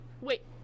Wait